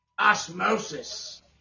osmosis